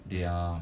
they are